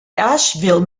asheville